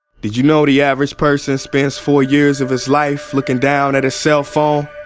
did you know the average person spends four years of his life looking down at a cellphone